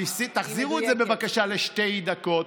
תחזירו את זה, בבקשה, לשתי דקות.